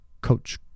coach